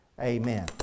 Amen